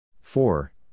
four